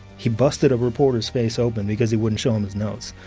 he busted a reporter's face open because he wouldn't show him his notes.